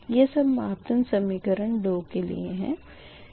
यह सब मापदंड समीकरण 2 के लिए थे